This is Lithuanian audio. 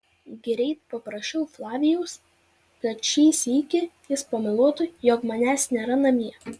greit paprašiau flavijaus kad šį sykį jis pameluotų jog manęs nėra namie